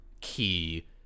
key